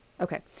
Okay